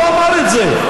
הוא אמר את זה.